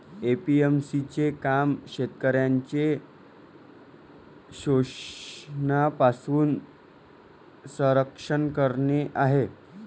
APMC चे काम शेतकऱ्यांचे शोषणापासून संरक्षण करणे आहे